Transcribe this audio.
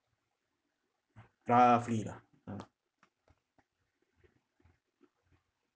roughly lah ah